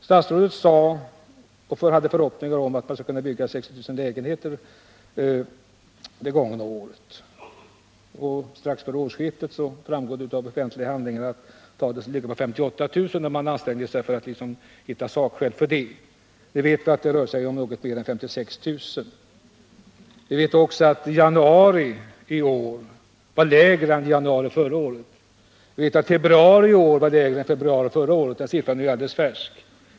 Statsrådet hyste förhoppningar om att man skulle kunna bygga 60 000 lägenheter under det gångna året. Av offentliga handlingar framgår att antalet strax före årsskiftet skulle vara 58 000. Man har ansträngt sig för att hitta sakskäl för det. Vi vet att det rörde sig om något mer än 56 000 lägenheter. Vi vet också att antalet i januari iår var lägre än i januari förra året och att antalet i februari i år var lägre än i februari förra året. Den senare uppgiften är ju alldeles färsk.